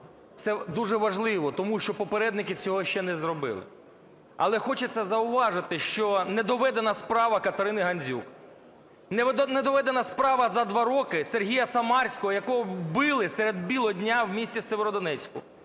це дуже важливо, тому що попередники цього ще не зробили. Але хочеться зауважити, що не доведена справа Катерини Гандзюк, не доведена справа за 2 роки Сергія Самарського, якого вбили серед білого дня у місті Сєвєродонецьку.